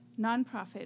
nonprofit